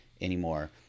anymore